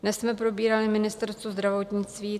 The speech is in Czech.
Dnes jsme probírali Ministerstvo zdravotnictví.